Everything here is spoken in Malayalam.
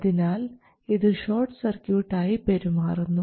അതിനാൽ ഇത് ഷോട്ട് സർക്യൂട്ട് ആയി പെരുമാറുന്നു